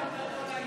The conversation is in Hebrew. האיש הזה.